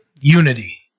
Unity